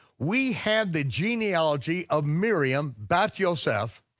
we have the genealogy of miriam bat yoseph,